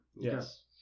Yes